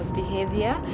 behavior